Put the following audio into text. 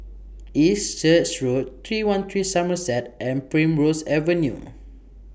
East Church Road three one three Somerset and Primrose Avenue